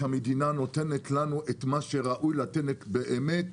כך שהמדינה נותנת לנו את מה שראוי לתת באמת,